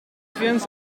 grens